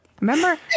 Remember